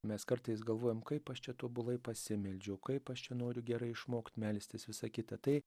mes kartais galvojam kaip aš čia tobulai pasimeldžiau kaip aš čia noriu gerai išmokt melstis visą kitą tai